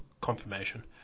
confirmation